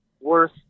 worth